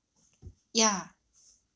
ya